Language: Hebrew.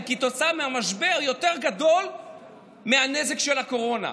כתוצאה מהמשבר יותר גדול מהנזק של הקורונה.